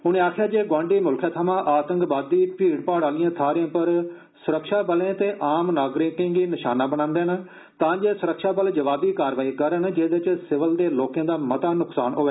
उनें आक्खेया जे गोआंडी मुल्खै थमां आतंकवादी भीड़ भाड़ आलियं थाहरें पर सुरक्षाबलें ते आम नागरिकें गी निशाना बनांदे न तां जे सुरक्षाबल जवाबी कारवाई करन जेदे च सिवल दे लोकें दा मता न्क्सान होऐ